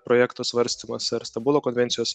projekto svarstymas ar stambulo konvencijos